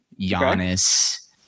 Giannis